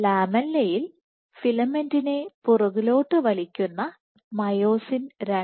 ലാമെല്ലെയിൽഫിലമെന്റിനെ പുറകോട്ട് വലിക്കുന്ന myosin II ഉണ്ട്